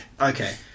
Okay